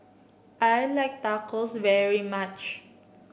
I like Tacos very much